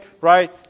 right